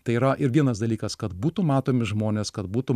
tai yra ir vienas dalykas kad būtų matomi žmonės kad būtų